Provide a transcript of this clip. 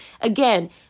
Again